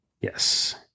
Yes